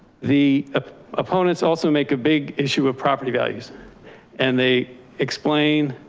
the ah opponents also make a big issue of property values and they explain.